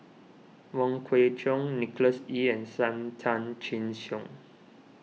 Wong Kwei Cheong Nicholas Ee and Sam Tan Chin Siong